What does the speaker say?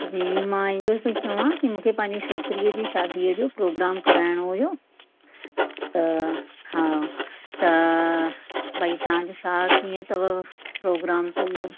जी मां इहो थी चवां की मूंखे पंहिंजी छोकिरीअ जी शादीअ जो प्रोग्राम कराइणो हुओ त हा त भाई तव्हांजो छा कीअं अथव प्रोग्राम त इहो